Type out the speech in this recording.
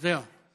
זהו.